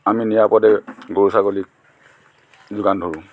আমি নিৰাপদে গৰু ছাগলীক যোগান ধৰোঁ